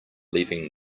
leaving